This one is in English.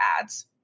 ads